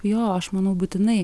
jo aš manau būtinai